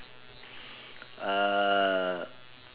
uh